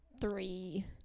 three